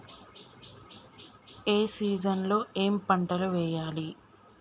ఏ season లో ఏం పంటలు వెయ్యాలి?